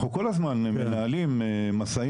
אנחנו כל הזמן מנהלים משאים-ומתנים.